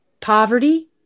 poverty